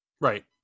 right